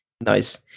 nice